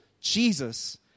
Jesus